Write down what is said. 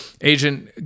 Agent